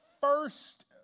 first